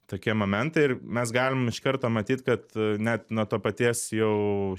tokie momentai ir mes galim iš karto matyt kad net nuo to paties jau